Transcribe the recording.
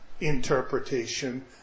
interpretation